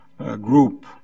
Group